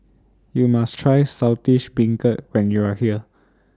YOU must Try Saltish Beancurd when YOU Are here